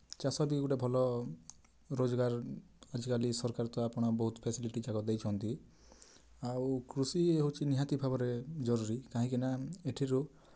ଚାଷ ବି ଗୁଟେ ଭଲ ରୋଜଗାର ଆଜିକାଲି ସରକାର ତ ଆପଣ ବହୁତ ଫେସିଲିଟି ଯାକ ଦେଇଛନ୍ତି ଆଉ କୃଷି ହଉଛି ନିହାତି ଭାବରେ ଜରୁରୀ କାହିଁକିନା ଏଥିରୁ